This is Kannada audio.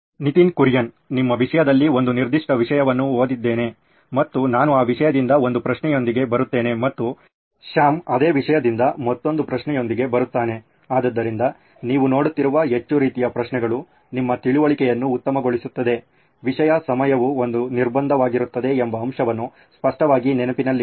ನಿತಿನ್ ಕುರಿಯನ್ ನಿಮ್ಮ ವಿಷಯದಲ್ಲಿ ಒಂದು ನಿರ್ದಿಷ್ಟ ವಿಷಯವನ್ನು ಓದಿದ್ದೇನೆ ಮತ್ತು ನಾನು ಆ ವಿಷಯದಿಂದ ಒಂದು ಪ್ರಶ್ನೆಯೊಂದಿಗೆ ಬರುತ್ತೇನೆ ಮತ್ತು ಸ್ಯಾಮ್ ಅದೇ ವಿಷಯದಿಂದ ಮತ್ತೊಂದು ಪ್ರಶ್ನೆಯೊಂದಿಗೆ ಬರುತ್ತಾನೆ ಆದ್ದರಿಂದ ನೀವು ನೋಡುತ್ತಿರುವ ಹೆಚ್ಚು ರೀತಿಯ ಪ್ರಶ್ನೆಗಳು ನಿಮ್ಮ ತಿಳುವಳಿಕೆಯನ್ನು ಉತ್ತಮಗೊಳಿಸುತ್ತದೆ ವಿಷಯ ಸಮಯವು ಒಂದು ನಿರ್ಬಂಧವಾಗಿರುತ್ತದೆ ಎಂಬ ಅಂಶವನ್ನು ಸ್ಪಷ್ಟವಾಗಿ ನೆನಪಿನಲ್ಲಿಡಿ